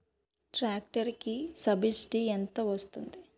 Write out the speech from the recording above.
Tractor కి subsidy ఎంత వస్తుంది?